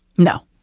no